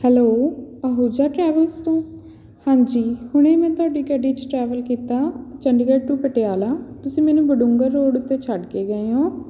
hello Ahuja travels ਤੋਂ ਹਾਂਜੀ ਹੁਣੇ ਮੈਂ ਤੁਹਾਡੀ ਗੱਡੀ 'ਚ ਟਰੈਵਲ ਕੀਤਾ ਚੰਡੀਗੜ੍ਹ ਟੂ ਪਟਿਆਲਾ ਤੁਸੀਂ ਮੈਨੂੰ ਬਡੁੰਗਰ ਰੋਡ ਉਤੇ ਛੱਡ ਕੇ ਗਏ ਹੋ